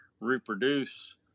reproduce